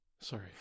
Sorry